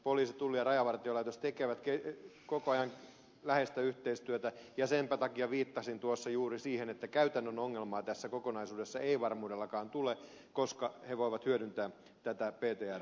poliisi tulli ja rajavartiolaitos tekevät koko ajan läheistä yhteistyötä ja senpä takia viittasin tuossa juuri siihen että käytännön ongelmaa tässä kokonaisuudessa ei varmuudellakaan tule koska he voivat hyödyntää tätä ptr yhteistyötä